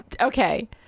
Okay